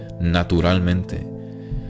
naturalmente